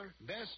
best